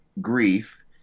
grief